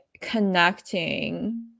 connecting